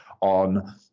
on